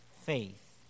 faith